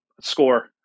score